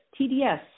TDS